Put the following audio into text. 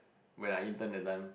when I intern that time